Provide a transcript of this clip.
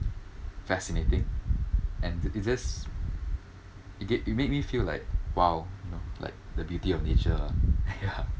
fascinating and it just it get it made me feel like !wow! you know like the beauty of nature ah ya